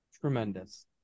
tremendous